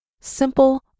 simple